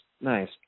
nice